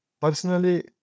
personally